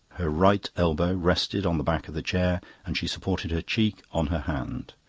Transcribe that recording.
her right elbow rested on the back of the chair and she supported her cheek on her hand.